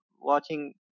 watching